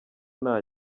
nta